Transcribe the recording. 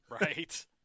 Right